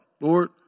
Lord